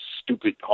stupid